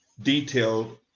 detailed